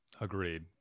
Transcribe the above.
Agreed